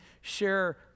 share